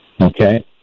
Okay